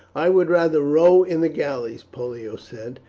i would rather row in the galleys, pollio said.